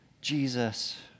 Jesus